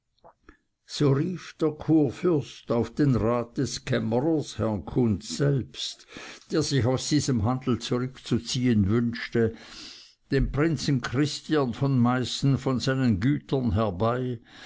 so rief der kurfürst auf den rat des kämmerers herrn kunz selbst der sich aus diesem handel zurückzuziehen wünschte den prinzen christiern von meißen von seinen gütern herbei